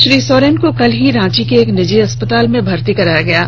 श्री सोरेन को कल ही रांची के एक निजी अस्पताल में भर्ती कराया गया है